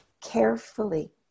carefully